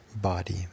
body